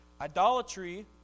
Idolatry